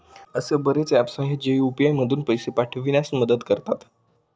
असे बरेच ऍप्स आहेत, जे यू.पी.आय मधून पैसे पाठविण्यास मदत करतात